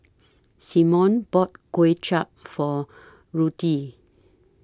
Symone bought Kway Chap For Ruthie